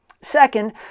Second